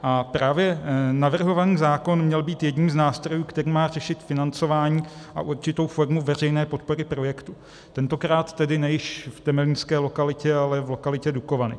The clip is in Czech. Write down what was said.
A právě navrhovaný zákon měl být jedním z nástrojů, který má řešit financování a určitou formu veřejné podpory projektu, tentokrát tedy ne již v temelínské lokalitě, ale v lokalitě Dukovany.